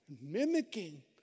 mimicking